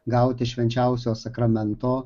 gauti švenčiausio sakramento